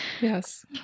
yes